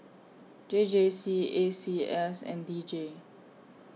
J J C A C S and D J